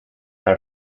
are